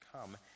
come